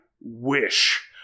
wish